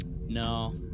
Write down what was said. no